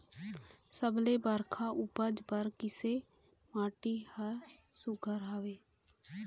सबले बगरा उपज बर किसे माटी हर सुघ्घर हवे?